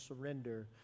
surrender